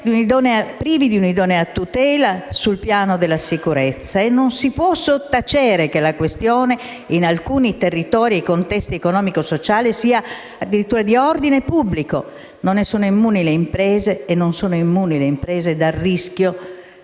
privi di un'idonea tutela sul piano della sicurezza. E non si può sottacere che la questione in alcuni territori e contesti economico-sociali sia di ordine pubblico. Le imprese non sono immuni dal rischio